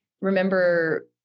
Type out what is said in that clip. remember